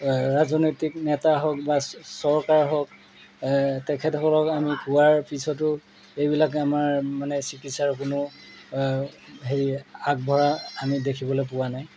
ৰাজনৈতিক নেতা হওক বা চৰকাৰ হওক তেখেতসকলক আমি কোৱাৰ পিছতো এইবিলাক আমাৰ মানে চিকিৎসাৰ কোনো হেৰি আগবঢ়া আমি দেখিবলৈ পোৱা নাই